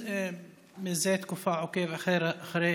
מזה תקופה אני עוקב אחרי